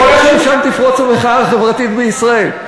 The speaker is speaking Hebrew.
יכול להיות שמשם תפרוץ המחאה החברתית בישראל.